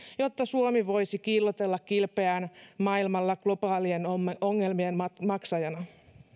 jotta suomi voisi kiillotella kilpeään maailmalla globaalien ongelmien maksajana